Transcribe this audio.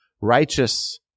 righteous